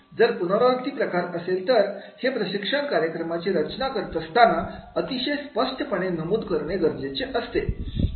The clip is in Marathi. जर पुनरावृत्ती प्रकार असेल तर हे प्रशिक्षण कार्यक्रमाची रचना करत असताना अतिशय स्पष्टपणे नमूद करणे गरजेचे असते